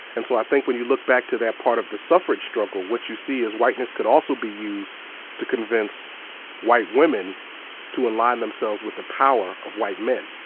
and so i think when you look back to that part of the suffrage struggle, what you see is that whiteness could also be used to convince white women to align themselves with the power of white men.